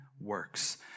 works